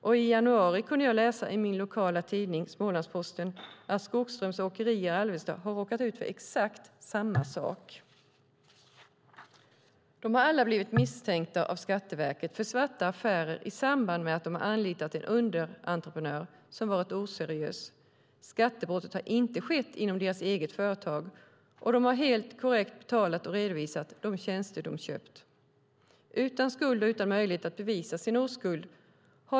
I januari kunde jag läsa i min lokaltidning Smålandsposten att Skogsströms Åkeri i Alvesta hade råkat ut för exakt samma sak. De har alla blivit misstänkta av Skatteverket för svarta affärer i samband med att de har anlitat en underentreprenör som varit oseriös. Skattebrottet har inte skett inom deras eget företag, och de har helt korrekt betalat och redovisat de tjänster de köpt. De har varit utan skuld och utan möjlighet att bevisa sin oskuld.